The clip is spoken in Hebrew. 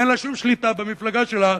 אין שום שליטה במפלגה שלה,